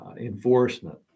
enforcement